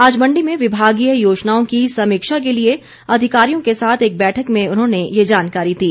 आज मण्डी में विभागीय योजनाओं की समीक्षा के लिए अधिकारियों के साथ एक बैठक में उन्होंने ये जानकारी दी